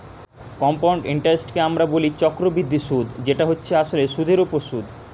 compound ইন্টারেস্টকে আমরা বলি চক্রবৃদ্ধি সুধ যেটা হচ্ছে আসলে সুধের ওপর সুধ